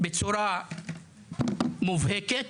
בצורה מובהקת,